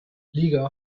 liga